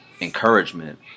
encouragement